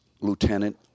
Lieutenant